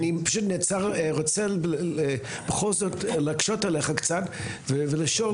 אני רוצה בכל זאת להקשות עליך קצת ולשאול.